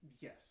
Yes